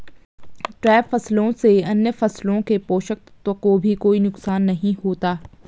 trap फसलों से अन्य फसलों के पोषक तत्वों को भी कोई नुकसान नहीं होता